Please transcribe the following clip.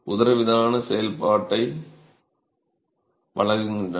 உதரவிதான செயல்பாட்டை வழங்குகின்றன